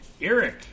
Eric